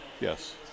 Yes